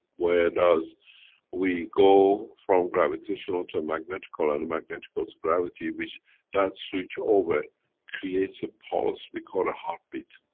where does we go from gravitational to a magnetical and a magnetical to gravity, which that switch over creates a pulse we call a heartbeat?